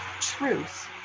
truth